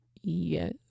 Yes